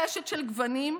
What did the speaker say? קשת של גוונים,